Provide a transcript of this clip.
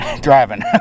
Driving